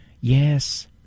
Yes